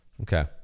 Okay